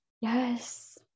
Yes